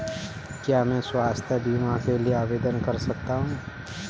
क्या मैं स्वास्थ्य बीमा के लिए आवेदन कर सकता हूँ?